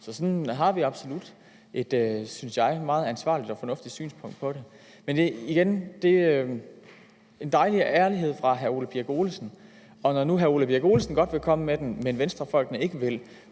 Så vi har absolut, synes jeg, et meget ansvarligt og fornuftigt synspunkt på det. Men igen er det en dejlig ærlighed fra hr. Ole Birk Olesens side, og når nu hr. Ole Birk Olesen godt vil komme ud med det, mens Venstrefolkene ikke vil,